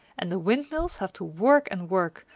and the windmills have to work and work,